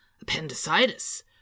appendicitis